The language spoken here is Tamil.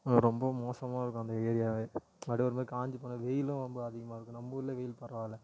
ரொம்ப மோசமாக இருக்கும் அந்த ஏரியாவே அப்படியே ஒரு மாதிரி காஞ்சுப்போன வெயிலும் ரொம்ப அதிகமாக இருக்கும் நம்ம ஊரிலே வெயில் பரவாயில்லை